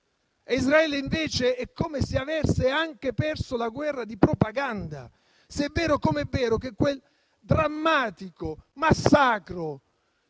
Israele, invece, è come se avesse anche perso la guerra di propaganda, se è vero - com'è vero - che quel drammatico massacro,